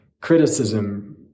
criticism